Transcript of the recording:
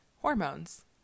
hormones